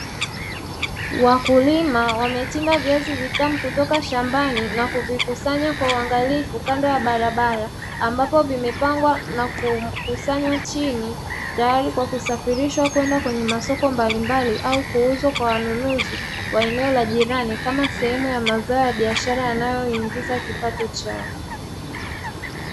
Wakulima wamechimba viazi vitamu kutoka shambani na kuvikusanya kwa uangalifu kando ya barabara, ambapo vimepangwa na kukusanywa chini tayari kwa kusafirishwa kwenda kwenye masoko mbalimbali au kuuzwa kwa wanunuzi wa eneo la jirani, kama sehemu ya mazao ya biashara yanayoingiza kipato chao.